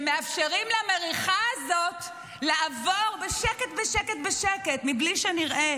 שמאפשרים למריחה הזאת לעבור בשקט בשקט, בלי שנראה,